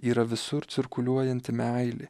yra visur cirkuliuojanti meilė